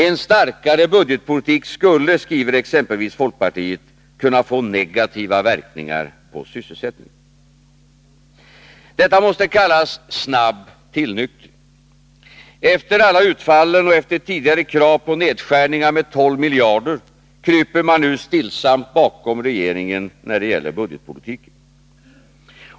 En starkare budgetpolitik skulle, skriver exempelvis folkpartiet, kunna få negativa verkningar på sysselsättningen. Detta måste kallas snabb tillnyktring. Efter alla utfall och efter tidigare krav på nedskärning med 12 miljarder kryper man nu stillsamt bakom regeringen när det gäller budgetpolitiken.